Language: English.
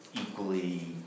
equally